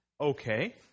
okay